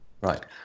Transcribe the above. Right